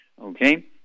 Okay